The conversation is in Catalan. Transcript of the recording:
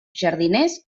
jardiners